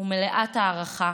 ומלאת הערכה